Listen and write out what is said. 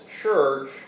church